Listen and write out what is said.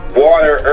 water